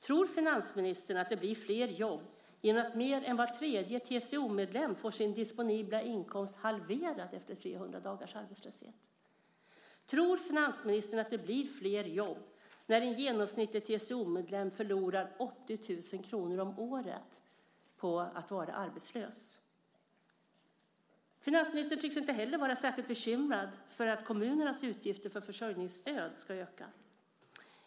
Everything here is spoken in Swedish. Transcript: Tror finansministern att det blir flera jobb genom att mer än var tredje TCO-medlem får sin disponibla inkomst halverad efter 300 dagars arbetslöshet? Tror finansministern att det blir flera jobb när en genomsnittlig TCO-medlem förlorar 80 000 kr om året på att vara arbetslös? Inte heller tycks finansministern vara särskilt bekymrad för att kommunernas utgifter för försörjningsstödet ska öka.